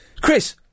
Chris